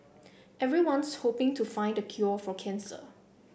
everyone's hoping to find the cure for cancer